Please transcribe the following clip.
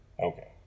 Okay